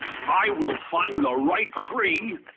i will find the right tree!